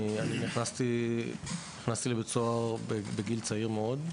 אני נכנסתי לבית סוהר בגיל צעיר מאוד,